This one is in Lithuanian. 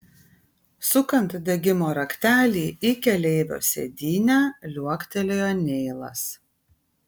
sukant degimo raktelį į keleivio sėdynę liuoktelėjo neilas